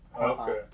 Okay